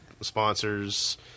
sponsors